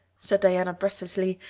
said diana breathlessly.